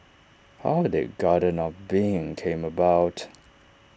how did garden of being came about